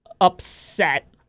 upset